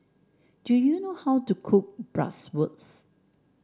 do you know how to cook Bratwurst